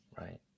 right